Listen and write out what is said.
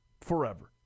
forever